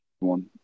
one